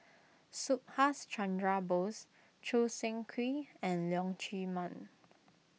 Subhas Chandra Bose Choo Seng Quee and Leong Chee Mun